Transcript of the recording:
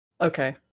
Okay